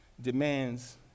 demands